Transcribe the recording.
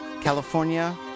California